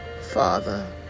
Father